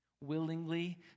willingly